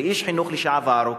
כאיש חינוך לשעבר,